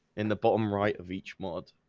in the bottom right of each mod